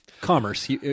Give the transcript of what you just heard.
Commerce